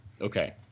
Okay